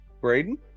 Braden